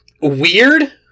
weird